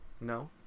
no